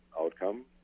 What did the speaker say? outcome